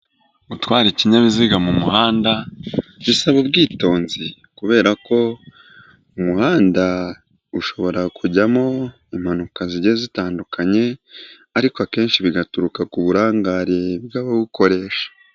Gutwara ikinyabiziga mu muhanda bisaba ubwitonzi kubera ko umuhanda ushobora kujyamo impanuka zigiye zitandukanye, ariko akenshi bigaturuka ku burangare bw'abawukoresha.